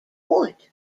wood